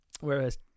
Whereas